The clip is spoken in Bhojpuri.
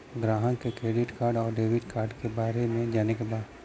ग्राहक के क्रेडिट कार्ड और डेविड कार्ड के बारे में जाने के बा?